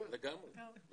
בהחלט.